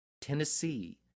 Tennessee